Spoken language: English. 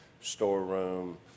storeroom